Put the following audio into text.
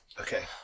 Okay